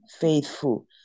faithful